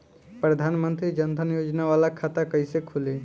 प्रधान मंत्री जन धन योजना वाला खाता कईसे खुली?